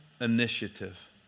initiative